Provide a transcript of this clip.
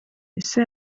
ese